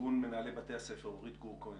ארגון מנהלי בתי הספר, אורית גור כהן,